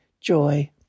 joy